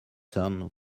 son